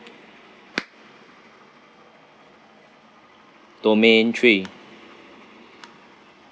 domain three